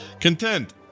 Content